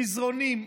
עם מזרנים,